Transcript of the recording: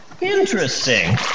Interesting